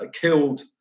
killed